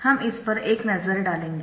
हम इस पर एक नज़र डालेंगे